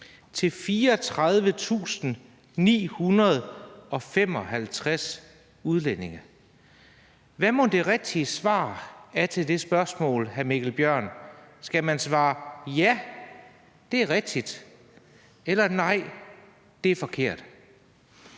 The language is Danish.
til 34.955 udlændinge? Hvad mon det rigtige svar er på det spørgsmål, hr. Mikkel Bjørn? Skal man svare: Ja, det er rigtigt? Eller skal man svare;